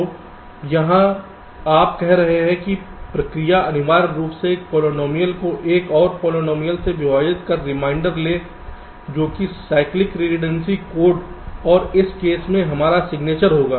तो यहाँ आप कह रहे हैं कि प्रक्रिया अनिवार्य रूप से एक पॉलिनॉमियल को एक और पॉलिनॉमियल से विभाजित कर रिमाइंडर ले जोकि साइक्लिक रिडंडेंसी कोड और इस केस में हमारा सिग्नेचर होगा